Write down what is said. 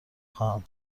خواهم